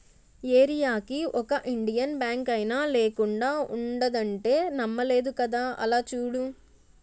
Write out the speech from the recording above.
ఏరీయాకి ఒక ఇండియన్ బాంకైనా లేకుండా ఉండదంటే నమ్మలేదు కదా అలా చూడు